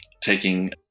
taking